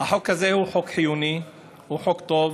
החוק הזה הוא חוק חיוני, הוא חוק טוב.